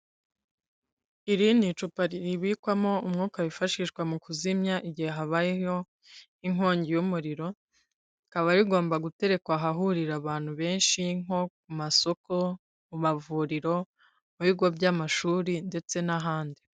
Iri ni icupa ribikwamo umwuka wifashishwa mu kuzimya igihe habayeho inkongi y'umuriro, rikaba rigomba guterekwa ahahurira abantu benshi nko ku masoko, mu mavuriro, mu bigo by'amashuri ndetse n'ahandi.